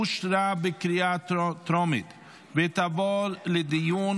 אושרה בקריאה טרומית ותעבור לדיון